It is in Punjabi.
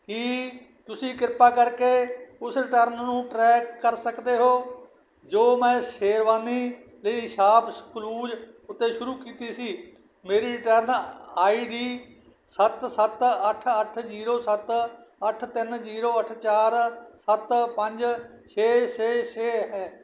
ਕੀ ਤੁਸੀਂ ਕਿਰਪਾ ਕਰਕੇ ਉਸ ਰਿਟਰਨ ਨੂੰ ਟਰੈਕ ਕਰ ਸਕਦੇ ਹੋ ਜੋ ਮੈਂ ਸ਼ੇਰਵਾਨੀ ਲਈ ਸ਼ਾਪਕਲੂਜ਼ ਉੱਤੇ ਸ਼ੁਰੂ ਕੀਤੀ ਸੀ ਮੇਰੀ ਰਿਟਰਨ ਆਈ ਡੀ ਸੱਤ ਸੱਤ ਅੱਠ ਅੱਠ ਜੀਰੋ ਸੱਤ ਅੱਠ ਤਿੰਨ ਜੀਰੋ ਅੱਠ ਚਾਰ ਸੱਤ ਪੰਜ ਛੇ ਛੇ ਛੇ ਹੈ